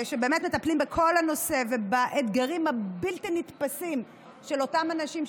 שבאמת מטפלים בכל הנושא ובאתגרים הבלתי-נתפסים של אותם אנשים,